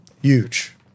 Huge